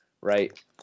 right